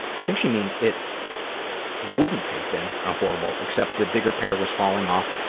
i think she means it wouldn't have been a horrible except the bigger pair was falling off,